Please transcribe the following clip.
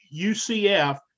UCF